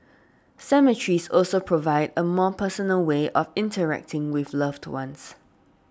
cemeteries also provide a more personal way of interacting with loved ones